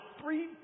three